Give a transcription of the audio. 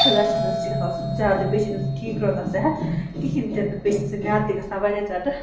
sugar چھِنہٕ أسۍ سُہ زیادٕ بیٚیہِ چھِنہٕ ٹھیٖک روزان صحت کہیٖنٛۍ تہِ نہٕ بیٚیہِ چھِ تَمہِ سۭتۍ میادٕ تہِ گژھان واریاہ زیادٕ